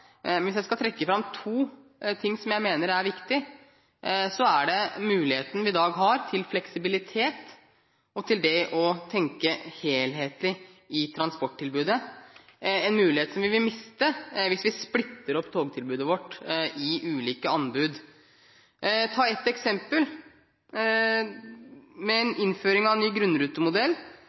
Hvis jeg skal trekke fram to ting jeg mener er viktig, er det muligheten vi har i dag til fleksibilitet og til å tenke helhetlig i transporttilbudet. Det er en mulighet vi vil miste hvis vi splitter opp togtilbudet vårt i ulike anbud. Ett eksempel: Med innføringen av en ny grunnrutemodell,